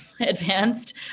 advanced